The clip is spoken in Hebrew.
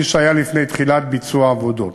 כפי שהיה לפני תחילת ביצוע העבודות.